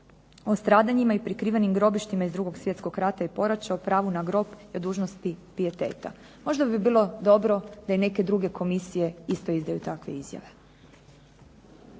o stradanjima i prikrivenim grobištima iz 2. svjetskog rata i poraća o pravu na grob i o dužnosti pijeteta. Možda bi bilo dobro da i neke druge komisije isto izdaju takve izjave.